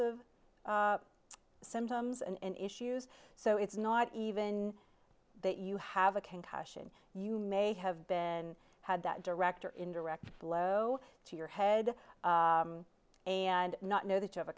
e symptoms and issues so it's not even that you have a concussion you may have been had direct or indirect slow to your head and not know that you have a